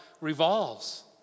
revolves